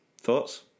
Thoughts